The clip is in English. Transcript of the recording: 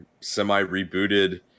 semi-rebooted